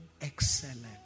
excellent